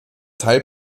teil